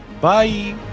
Bye